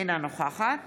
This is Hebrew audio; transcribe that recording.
אינה נוכחת